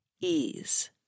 ease